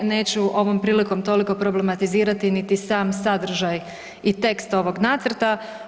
Neću ovom prilikom toliko problematizirati niti sam sadržaj i tekst ovog nacrta.